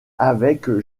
avec